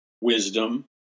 wisdom